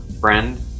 friend